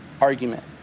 argument